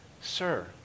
sir